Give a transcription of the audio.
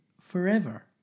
forever